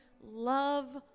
love